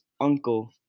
uncle